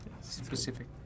Specific